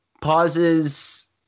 Pauses